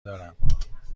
دارم